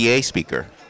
speaker